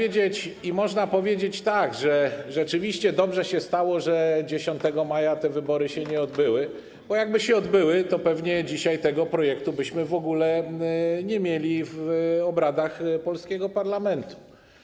I można powiedzieć tak: rzeczywiście dobrze się stało, że 10 maja te wybory się nie odbyły, bo gdyby się odbyły, to pewnie dzisiaj tego projektu byśmy w ogóle nie mieli w planie obrad polskiego parlamentu.